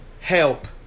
help